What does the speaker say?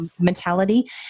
mentality